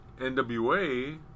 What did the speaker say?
NWA